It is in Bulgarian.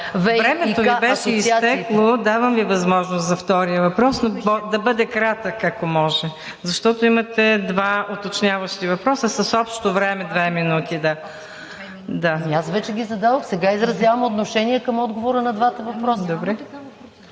времето Ви беше изтекло. Давам Ви възможност за втория въпрос, но да бъде кратък, ако може. Защото имате два уточняващи въпроса с общо време две минути. МАЯ МАНОЛОВА: Аз вече ги зададох, а сега изразявам отношение към отговора на двата въпроса.